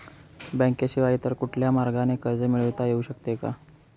बँकेशिवाय इतर कुठल्या मार्गाने कर्ज मिळविता येऊ शकते का?